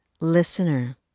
listener